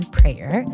prayer